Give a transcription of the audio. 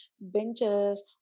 benches